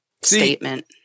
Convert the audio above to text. statement